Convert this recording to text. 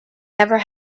never